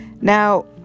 Now